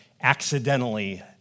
accidentally